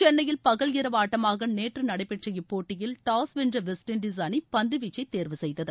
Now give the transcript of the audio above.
சென்னையில் பகல் இரவு ஆட்டமாக நேற்று நடைபெற்ற இப்போட்டியில் டாஸ் வென்ற வெஸ்ட்இண்டீஸ் அணி பந்துவீச்சை தேர்வு செய்தது